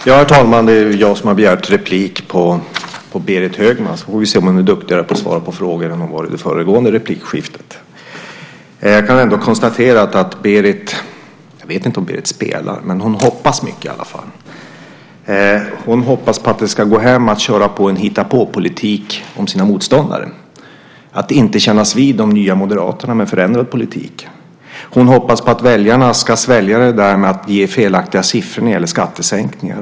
Herr talman! Det är jag som har begärt replik på Berit Högman, och nu får vi se om hon är duktigare att svara på frågor än hon var i det föregående replikskiftet. Jag vet inte om Berit spelar, men jag kan konstatera att hon hoppas mycket i alla fall. Hon hoppas på att det ska gå hem att köra med en hitta-på-politik om sina motståndare. Hon vill inte kännas vid de nya Moderaterna med den förändrade politiken. Hon hoppas på att väljarna ska svälja de felaktiga siffrorna man ger när det gäller skattesänkningar.